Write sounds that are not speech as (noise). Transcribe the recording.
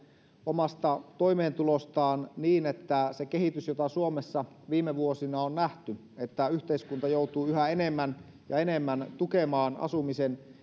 omasta toimeentulostaan niin että se kehitys jota suomessa viime vuosina on nähty että yhteiskunta joutuu yhä enemmän ja enemmän tukemaan asumisen (unintelligible)